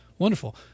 Wonderful